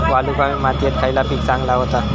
वालुकामय मातयेत खयला पीक चांगला होता?